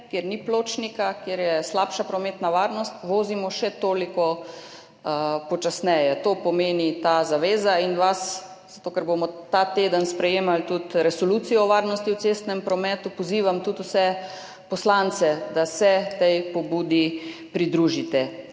kjer ni pločnika, kjer je slabša prometna varnost, vozimo še toliko počasneje. To pomeni ta zaveza in zato, ker bomo ta teden sprejemali tudi Resolucijo o varnosti v cestnem prometu, pozivam tudi vse poslance, da se tej pobudi pridružite.